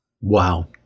Wow